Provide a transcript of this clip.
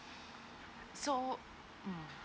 so mm